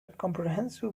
comprehensive